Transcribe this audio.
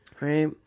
Right